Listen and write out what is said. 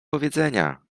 powiedzenia